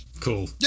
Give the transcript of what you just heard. Cool